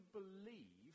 believe